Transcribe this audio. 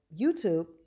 YouTube